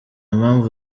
mpamvu